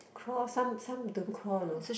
crawl some some don't crawl know